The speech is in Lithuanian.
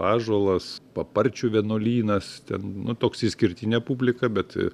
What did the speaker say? ąžuolas paparčių vienuolynas ten nu toks išskirtinė publika bet